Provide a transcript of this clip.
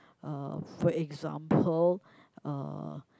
uh for example uh